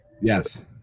Yes